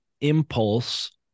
impulse